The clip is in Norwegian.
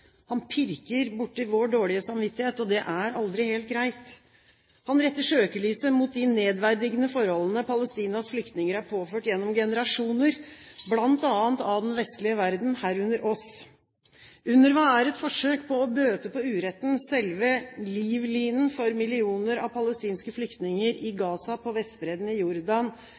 Han pirker borti vår dårlige samvittighet, og det er aldri helt greit. Han retter søkelyset mot de nedverdigende forholdene Palestinas flyktninger er påført gjennom generasjoner, bl.a. av den vestlige verden, herunder oss. UNRWA er et forsøk på å bøte på uretten, «selve livlinen for millioner av palestinske flyktninger i Gaza, på Vestbredden, i Jordan,